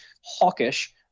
hawkish